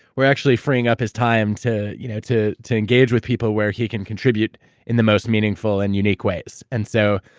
we're actually freeing up his time to you know to engage with people, where he can contribute in the most meaningful and unique ways. and so,